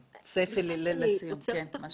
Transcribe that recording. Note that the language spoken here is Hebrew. צפי ל --- אני עוצרת אותך,